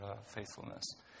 faithfulness